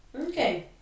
Okay